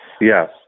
Yes